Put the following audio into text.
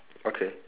okay